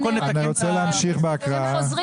הם חוזרים